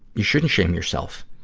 you shouldn't shame yourself,